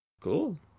Cool